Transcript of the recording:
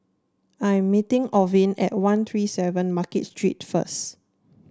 I am meeting Orvin at One Three Seven Market Street first